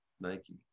Nike